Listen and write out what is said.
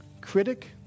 Critic